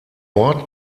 ort